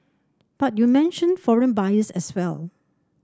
but you mentioned foreign buyers as well